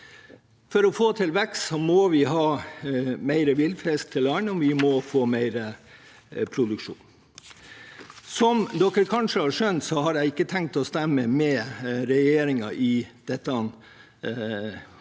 For å få til vekst må vi ha mer villfisk til land, og vi må få mer produksjon. Som dere kanskje har skjønt, har jeg ikke tenkt å stemme med regjeringspartiene